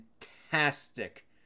fantastic